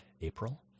April